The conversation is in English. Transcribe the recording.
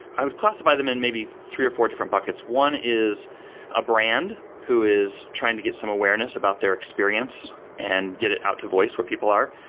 i would classify them in maybe three, or four different buckets. one is a brand who is trying to get some awareness about their experience, and get it out to voice where people are.